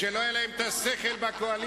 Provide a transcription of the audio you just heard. כשלא היה להם השכל בקואליציה,